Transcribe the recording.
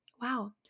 wow